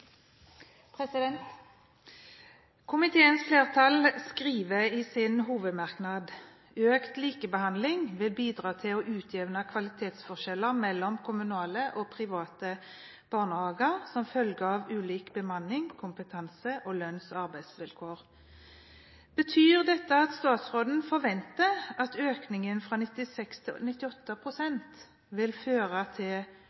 talerstolen! Komiteens flertall skriver i sin hovedmerknad: økt likebehandling vil bidra til å utjevne kvalitetsforskjeller mellom kommunale og private barnehager som følge av ulik bemanning, kompetanse og lønns- og arbeidsvilkår». Betyr dette at statsråden forventer at økningen fra 96 til 98 pst. vil føre til nettopp likhet i bemanning, kompetanse og